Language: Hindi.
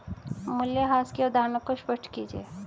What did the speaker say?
मूल्यह्रास की अवधारणा को स्पष्ट कीजिए